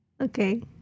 Okay